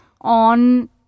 on